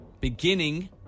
beginning